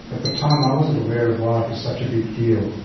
at the time i wasn't aware of why it was such a big deal.